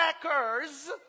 crackers